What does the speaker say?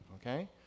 Okay